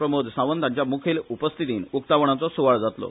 प्रमोद सांवत हांच्या मुखेल उपस्थितीन उक्तावणाचो सुवाळो जातलो